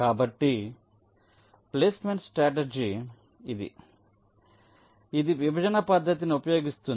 కాబట్టి ఇది placement strategy ఇది విభజన పద్ధతిని ఉపయోగిస్తుంది